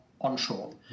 onshore